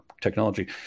technology